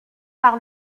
par